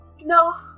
No